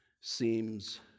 seems